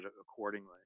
accordingly